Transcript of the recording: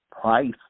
price